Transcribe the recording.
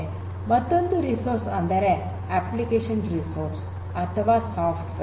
ಮತ್ತೊಂದು ರಿಸೋರ್ಸ್ ಅಂದರೆ application resource ಅಥವಾ ಸಾಫ್ಟ್ವೇರ್